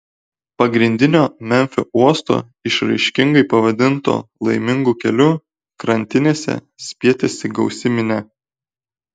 pagrindinio memfio uosto išraiškingai pavadinto laimingu keliu krantinėse spietėsi gausi minia